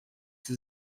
sie